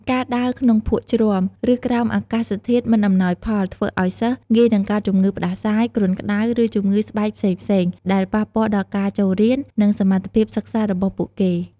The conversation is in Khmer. ការដើរក្នុងភក់ជ្រាំ ឬក្រោមអាកាសធាតុមិនអំណោយផល ធ្វើឱ្យសិស្សងាយនឹងកើតជំងឺផ្តាសាយ គ្រុនក្ដៅ ឬជំងឺស្បែកផ្សេងៗ ដែលប៉ះពាល់ដល់ការចូលរៀន និងសមត្ថភាពសិក្សារបស់ពួកគេ។